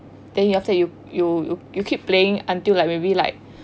then you have to you you you you keep playing until like maybe like